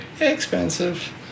Expensive